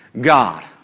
God